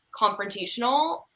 confrontational